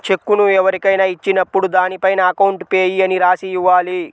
చెక్కును ఎవరికైనా ఇచ్చినప్పుడు దానిపైన అకౌంట్ పేయీ అని రాసి ఇవ్వాలి